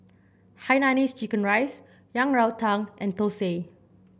Hainanese Chicken Rice Yang Rou Tang and thosai